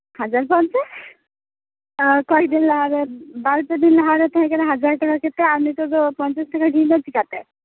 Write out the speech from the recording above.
ᱦᱟᱡᱟᱨ ᱯᱚᱧᱪᱟᱥ ᱟᱨ ᱠᱚᱭᱮᱠᱫᱤᱱ ᱞᱟᱦᱟᱨᱮ ᱵᱟᱨ ᱯᱮ ᱫᱤᱱ ᱞᱟᱦᱟ ᱨᱮ ᱛᱟᱦᱮᱸᱠᱟᱱᱟ ᱦᱟᱡᱟᱨ ᱴᱟᱠᱟ ᱠᱟᱛᱮᱫ ᱟᱨ ᱱᱤᱛᱳᱜ ᱫᱚ ᱯᱚᱧᱪᱟᱥ ᱴᱟᱠᱟ ᱰᱷᱮᱨᱮᱱᱟ ᱪᱮᱠᱟᱹᱛᱮ